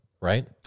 right